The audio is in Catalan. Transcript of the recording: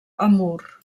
amur